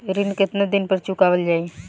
ऋण केतना दिन पर चुकवाल जाइ?